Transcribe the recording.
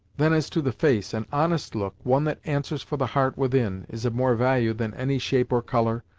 then as to the face, an honest look, one that answers for the heart within, is of more value than any shape or colour,